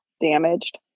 damaged